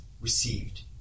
received